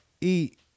eat